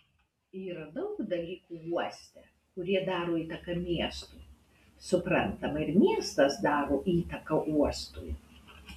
yra daug dalykų uoste kurie daro įtaką miestui suprantama ir miestas daro įtaką uostui